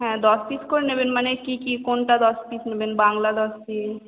হ্যাঁ দশ পিস করে নেবেন মানে কি কি কোনটা দশ পিস নেবেন বাংলা দশ পিস